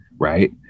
right